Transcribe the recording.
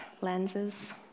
lenses